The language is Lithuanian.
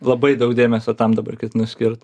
labai daug dėmesio tam dabar ketinu skirt